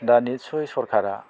दा निस्स'य सरकारा